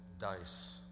dice